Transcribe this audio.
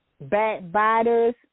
backbiters